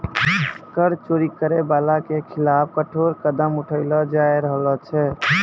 कर चोरी करै बाला के खिलाफ कठोर कदम उठैलो जाय रहलो छै